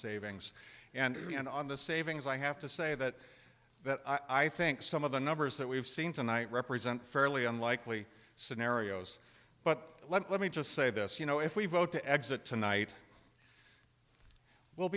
savings and on the savings i have to say that that i think some of the numbers that we've seen tonight represent fairly unlikely scenarios but let me just say this you know if we vote to exit tonight w